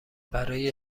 برای